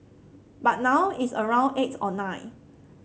but now it's around eight or nine